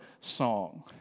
song